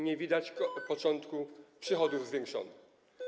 Nie widać początku przychodów zwiększonych.